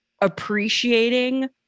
appreciating